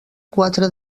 quatre